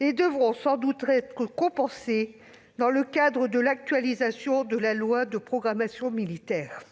et devront sans doute être compensées dans le cadre de l'actualisation de la loi de programmation militaire.